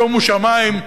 שומו שמים,